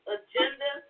agenda